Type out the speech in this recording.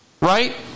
Right